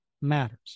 matters